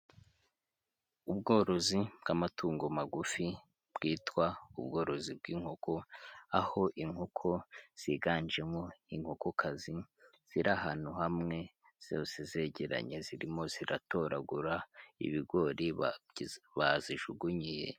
Ubworozi bw'amatungo magufi bwitwa ubworozi bw'inkoko, aho inkoko ziganjemo inkokokazi, ziri ahantu hamwe zose zegeranye, zirimo ziratoragura ibigori bazijugunyiye.